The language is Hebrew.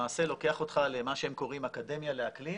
למעשה לוקח אותך למה שהם קוראים "אקדמיה לאקלים"